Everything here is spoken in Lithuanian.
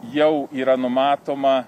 jau yra numatoma